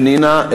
פנינה,